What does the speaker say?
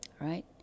right